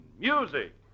music